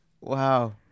Wow